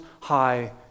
high